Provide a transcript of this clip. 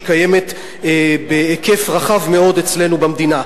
קיימת בהיקף רחב מאוד אצלנו במדינה.